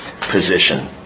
position